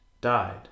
died